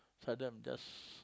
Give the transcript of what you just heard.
sometime I just